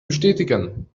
bestätigen